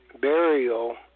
burial